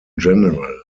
general